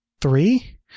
three